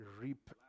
reap